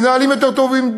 מנהלים יותר טובים,